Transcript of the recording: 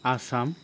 Assam